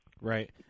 Right